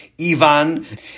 Ivan